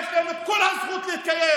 יש להם את כל הזכות להתקיים,